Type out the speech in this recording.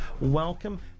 Welcome